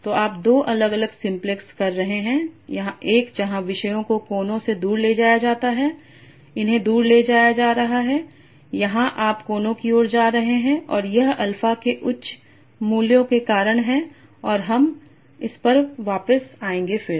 तो आप 2 अलग अलग सिम्प्लेक्स कह रहे हैं एक जहां विषयों को कोनों से दूर ले जाया जाता है इन्हें दूर ले जाया जा रहा है और यहां आप कोनों की ओर जा रहे हैं और यह अल्फा के उच्च मूल्यों के कारण है और हम इस पर वापस आएंगे फिर